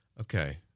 Okay